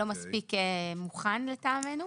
מספיק מוכן לטעמנו.